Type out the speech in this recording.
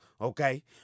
okay